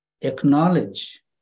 acknowledge